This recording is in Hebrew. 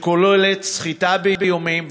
שכוללים סחיטה באיומים,